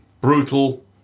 brutal